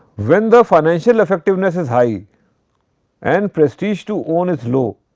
when the financial effectiveness is high and prestige to own is low